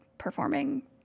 performing